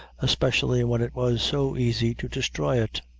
especially when it was so easy to destroy it.